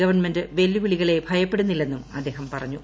government വെല്ലുവിളികളെ ഭയപ്പെടുന്നില്ലെന്നും അദ്ദേഹം പറഞ്ഞു